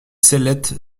cellettes